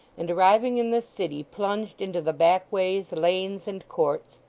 and arriving in the city, plunged into the backways, lanes, and courts,